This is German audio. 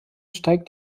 steigt